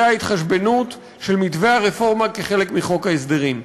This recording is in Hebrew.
ההתחשבנות של מתווה הרפורמה כחלק מחוק ההסדרים.